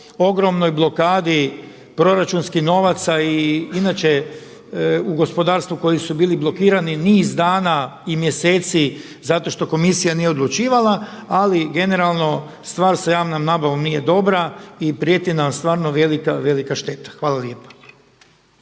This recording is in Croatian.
ogromnoj blokadi proračunskih novaca i inače u gospodarstvu koji su bili blokirani niz dana i mjeseci zato što Komisija nije odlučivala. Ali generalno stvar sa javnom nabavom nije dobra i prijeti nam stvarno velika, velika šteta. Hvala lijepa.